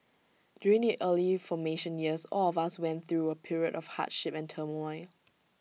during the early formation years all of us went through A period of hardship and turmoil